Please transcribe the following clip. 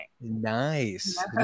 Nice